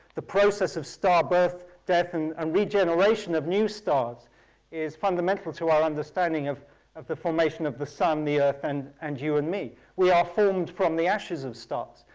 the process of star birth, death and and regeneration of new stars is fundamental to our understanding of of the formation of the sun, earth and and you and me. we are formed from the ashes of stars.